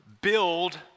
build